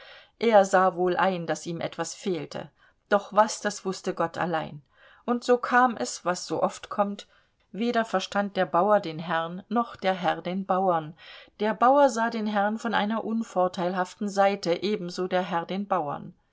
er sah wohl ein daß ihm etwas fehlte doch was das wußte gott allein und so kam es was so oft kommt weder verstand der bauer den herrn noch der herr den bauern der bauer sah den herrn von einer unvorteilhaften seite ebenso der herr den bauern